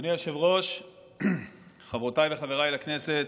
אדוני היושב-ראש, חברותיי וחבריי לכנסת,